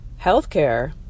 healthcare